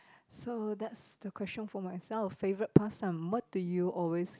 so that's the question for myself favourite past time what do you always